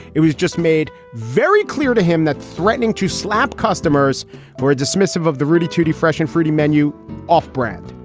it was just made very clear to him that threatening to slap customers were dismissive of the rudie tooty fresh and fruity menu off brand.